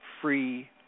free